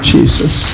Jesus